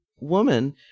woman